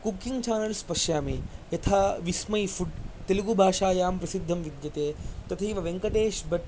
cooking channels पश्यामि यथा विस्मयी food तेलुगूभाषायां प्रसिद्धं विद्यते तथैव वेङ्कटेश्भट्